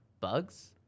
bugs